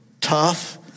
tough